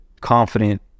confident